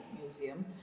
museum